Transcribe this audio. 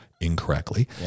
incorrectly